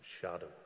shadow